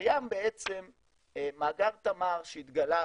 קיים מאגר תמר שהתגלה,